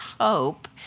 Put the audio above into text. hope